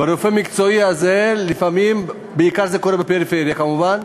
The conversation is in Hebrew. והרופא המקצועי, בעיקר זה קורה בפריפריה כמובן,